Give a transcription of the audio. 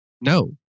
no